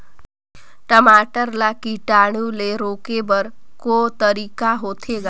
टमाटर ला कीटाणु ले रोके बर को तरीका होथे ग?